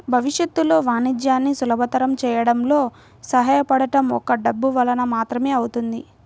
భవిష్యత్తులో వాణిజ్యాన్ని సులభతరం చేయడంలో సహాయపడటం ఒక్క డబ్బు వలన మాత్రమే అవుతుంది